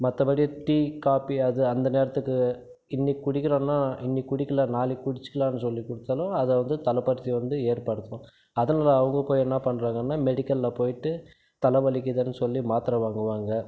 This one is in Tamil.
மற்றபடி டீ காப்பி அது அந்த நேரத்துக்கு இன்றைக்கு குடிக்கிறோன்னால் இன்றைக்கு குடிக்கலை நாளைக்கு குடிச்சுக்கலான்னு சொல்லி குடித்தாலும் அது வந்து தலை வந்து ஏற்படுத்தும் அதனாலே அவங்க போய் என்ன பண்ணுறாங்கனா மெடிக்கலில் போயிட்டு தலை வலிக்கிதுன்னு சொல்லி மாத்தரை வாங்குவாங்க